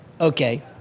Okay